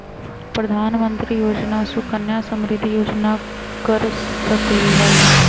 प्रधानमंत्री योजना सुकन्या समृद्धि योजना कर सकलीहल?